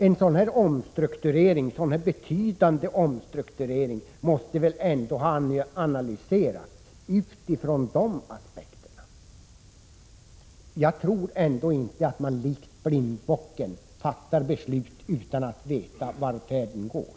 En sådan här betydande omstrukturering måste ändå ha analyserats ur dessa aspekter. Jag tror inte att man likt blindbocken fattar beslut utan att veta vart färden går.